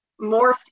morphed